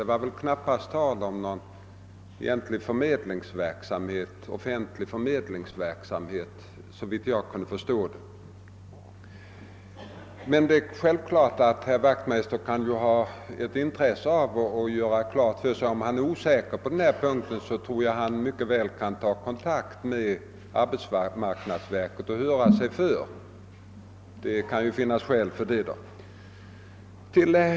Det var väl knappast tal om någon egentlig förmedlingsverksamhet, såvitt jag kunde förstå. Om herr Wachtmeister är osäker på den här punkten, tror jag att han kan ta kontakt med arbetsmarknadsverket och höra sig för. Det kan finnas skäl för det.